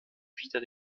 wider